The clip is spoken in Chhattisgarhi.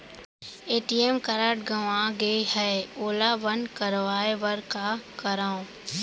ए.टी.एम कारड गंवा गे है ओला बंद कराये बर का करंव?